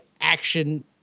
action